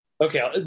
Okay